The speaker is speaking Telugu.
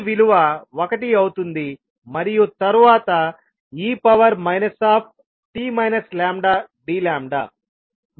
ఈ విలువ ఒకటి అవుతుంది మరియు తరువాత e t d